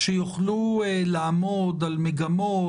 שיוכלו לעמוד על מגמות,